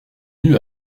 eut